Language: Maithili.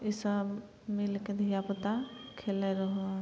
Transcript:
ईसब मिलिके धिआपुता खेलै रहै